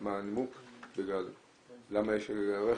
מה הנימוק, למה יש יותר כלי רכב?